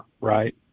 right